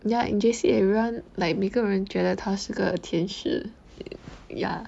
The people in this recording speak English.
ya in J_C everyone like 每个人觉得她是个天使 ya